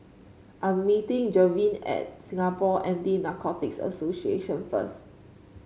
I'm meeting Gavyn at Singapore Anti Narcotics Association first